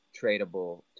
tradable